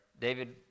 David